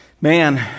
Man